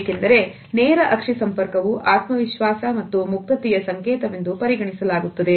ಏಕೆಂದರೆ ನೇರ ಅಕ್ಷಿ ಸಂಪರ್ಕವು ಆತ್ಮವಿಶ್ವಾಸ ಮತ್ತು ಮುಕ್ತತೆಯ ಸಂಕೇತವೆಂದು ಪರಿಗಣಿಸಲಾಗುತ್ತದೆ